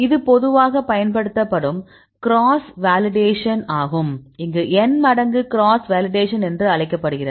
இது பொதுவாக பயன்படுத்தப்படும் கிராஸ் வேலிடேஷன் ஆகும் இது N மடங்கு கிராஸ் வேலிடேஷன் என்று அழைக்கப்படுகிறது